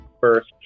first